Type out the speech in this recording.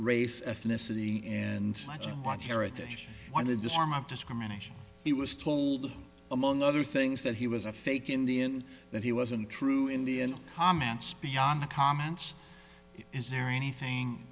race ethnicity and watching my heritage want to disarm of discrimination he was told among other things that he was a fake indian that he wasn't true indian comments beyond the comments is there anything